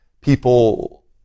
people